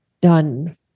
done